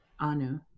Anu